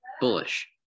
bullish